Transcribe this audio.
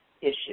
issue